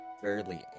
fairly